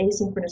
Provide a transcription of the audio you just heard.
asynchronous